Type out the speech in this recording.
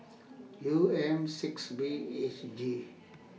U M six B H G